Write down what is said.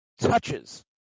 touches